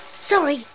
Sorry